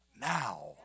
now